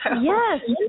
Yes